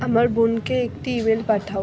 আমার বোনকে একটি ইমেল পাঠাও